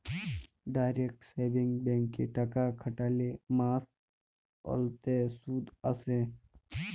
direct savings ব্যাংকে টাকা খ্যাটাইলে মাস অল্তে সুদ আসে